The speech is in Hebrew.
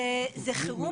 זה חירום,